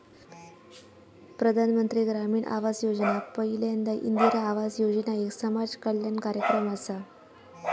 प्रधानमंत्री ग्रामीण आवास योजना पयल्यांदा इंदिरा आवास योजना एक समाज कल्याण कार्यक्रम असा